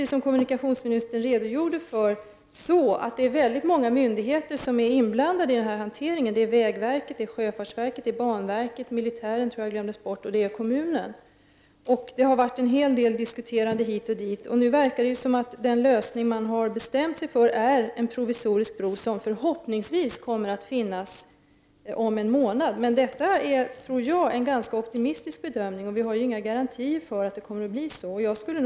Som kommunikationsministern redogjorde för är det väldigt många myndigheter som är inblandade i denna hantering. Det är vägverket, sjöfartsverket, banverket, kommunen och även militären, som jag tror glömdes bort tidigare. Det har diskuterats en hel del hit och dit. Nu verkar det som om den lösning som man har bestämt sig för är en provisorisk bro som förhoppningsvis kommer att vara klar om en månad. Men detta tror jag är en ganska optimistisk bedömning, och vi har inga garantier för att det kommer att bli på det sättet.